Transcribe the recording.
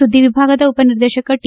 ಸುದ್ದಿ ವಿಭಾಗದ ಉಪನಿರ್ದೇಶಕ ಟಿ